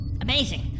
Amazing